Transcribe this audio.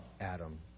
Adam